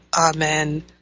Amen